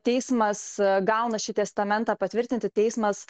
teismas gauna šį testamentą patvirtinti teismas